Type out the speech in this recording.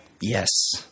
yes